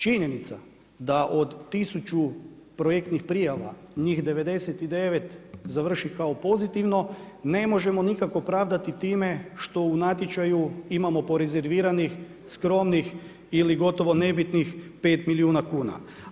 Činjenica da od 1000 projektnih prijava njih 99 završi kao pozitivno ne možemo nikako pravdati time što u natječaju imamo po rezerviranih skromnih ili gotovo nebitnih 5 milijuna kuna.